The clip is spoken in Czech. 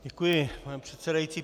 Děkuji, pane předsedající.